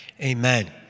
Amen